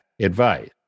advice